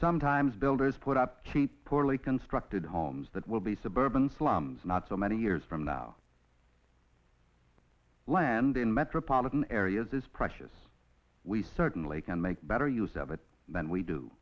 sometimes builders put up cheap poorly constructed homes that will be suburban slums not so many years from now land in metropolitan areas is precious we certainly can make better use of it than we do